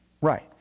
right